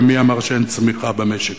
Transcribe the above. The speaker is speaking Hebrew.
ומי אמר שאין צמיחה במשק?